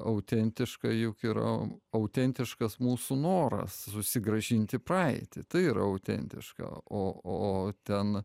autentiška juk yra autentiškas mūsų noras susigrąžinti praeitį tai yra autentiška o o ten